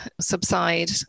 subside